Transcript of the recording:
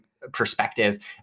perspective